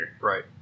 Right